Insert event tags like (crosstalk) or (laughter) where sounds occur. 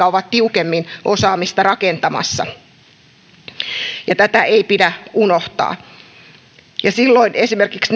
(unintelligible) ovat tiukemmin osaamista rakentamassa ja tätä ei pidä unohtaa ja silloin esimerkiksi (unintelligible)